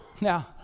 Now